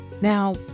Now